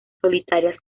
solitarias